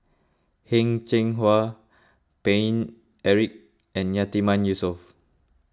Heng Cheng Hwa Paine Eric and Yatiman Yusof